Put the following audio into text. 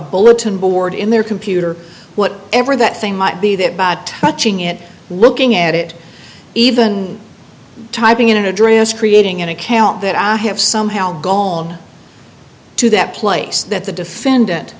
bulletin board in their computer what ever that thing might be that bad touching it looking at it even typing in an address creating an account that i have somehow gone to that place that the defendant